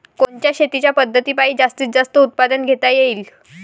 कोनच्या शेतीच्या पद्धतीपायी जास्तीत जास्त उत्पादन घेता येईल?